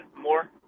more